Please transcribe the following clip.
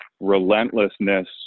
relentlessness